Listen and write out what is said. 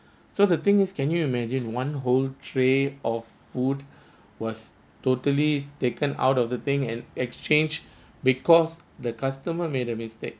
so the thing is can you imagine one whole tray of food was totally taken out of the thing and exchange because the customer made a mistake